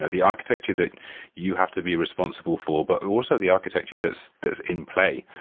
ah the architecture that you have to be responsible for, but also the architecture that's that's in play.